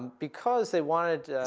because they wanted